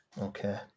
Okay